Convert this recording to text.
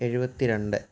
എഴുപത്തിരണ്ട്